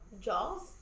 Jaws